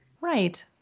Right